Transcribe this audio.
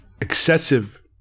excessive